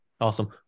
Awesome